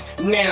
Now